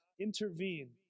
intervene